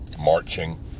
marching